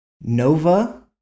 Nova